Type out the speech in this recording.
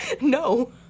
No